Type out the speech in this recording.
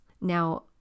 Now